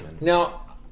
Now